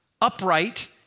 Upright